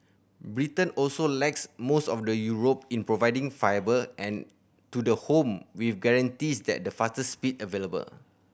Britain also lags most of the Europe in providing fibre and to the home with guarantees that the fastest speed available